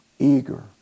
Eager